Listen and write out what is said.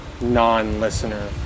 non-listener